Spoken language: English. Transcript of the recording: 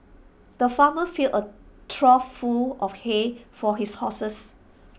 the farmer filled A trough full of hay for his horses